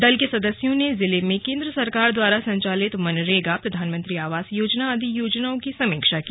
दल के सदस्यों ने जिले में केंद्र सरकार द्वारा संचालित मनरेगा प्रधानमंत्री आवास योजना आदि योजनाओं की समीक्षा की